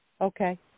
Okay